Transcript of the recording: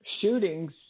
shootings